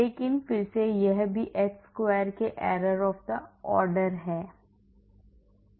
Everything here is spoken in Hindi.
लेकिन फिर से यह भी h square के error of the order है